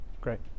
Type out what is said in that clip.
great